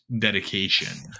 dedication